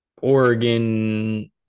Oregon